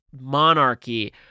monarchy